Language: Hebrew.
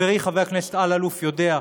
חברי חבר הכנסת אלאלוף, יודע.